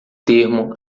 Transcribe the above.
termo